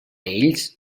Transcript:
ells